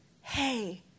hey